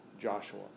Joshua